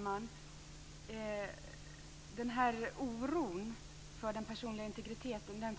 Fru talman! Jag tror att vi alla delar oron för den personliga integriteten.